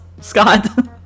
Scott